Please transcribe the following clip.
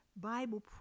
Bible